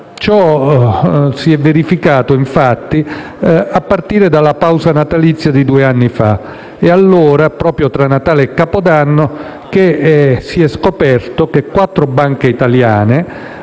si è verificato a partire dalla pausa natalizia di due anni fa. Proprio allora, tra Natale e Capodanno, si è scoperto che quattro banche italiane,